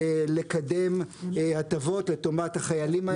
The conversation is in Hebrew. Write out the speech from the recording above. לקדם הטבות לטובת החיילים האלה.